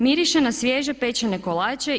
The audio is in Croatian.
Miriše na svježe pečene kolače.